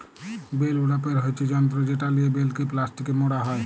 bell উড়াপের হচ্যে যন্ত্র যেটা লিয়ে বেলকে প্লাস্টিকে মড়া হ্যয়